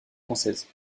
françaises